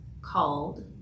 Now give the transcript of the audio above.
called